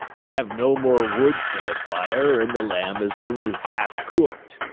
i have no more wood for the fire, and the lamb is only half cooked.